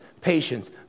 patience